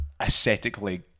aesthetically